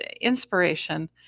inspiration